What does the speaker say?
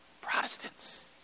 Protestants